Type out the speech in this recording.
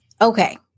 okay